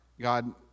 God